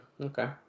Okay